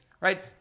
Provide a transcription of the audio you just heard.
right